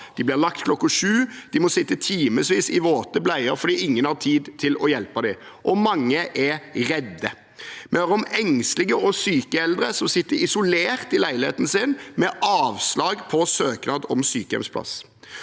De blir lagt klokken sju, de må sitte i timevis i våte bleier fordi ingen har tid til å hjelpe dem, og mange er redde. Vi hører om engstelige og syke eldre som sitter isolert i leiligheten sin, med avslag på søknad om sykehjemsplass.